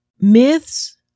myths